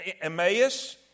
Emmaus